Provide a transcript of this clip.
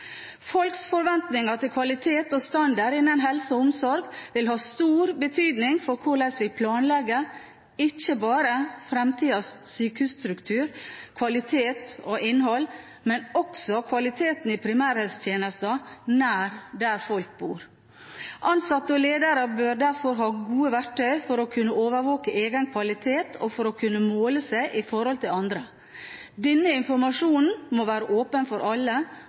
Folks forventninger om kvalitet og standard innen helse og omsorg vil ha stor betydning for hvordan vi planlegger ikke bare fremtidens sykehusstruktur, kvalitet og innhold, men også kvaliteten på primærhelsetjenesten, nær der folk bor. Ansatte og ledere bør derfor ha gode verktøy for å kunne overvåke egen kvalitet og for å kunne måle seg i forhold til andre. Denne informasjonen må være åpen for alle,